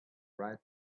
right